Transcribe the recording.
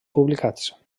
publicats